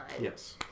Yes